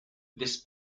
this